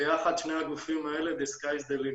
ביחד שני הגופים האלה השמים הם הגבול,